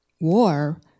War